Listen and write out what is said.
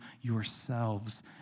yourselves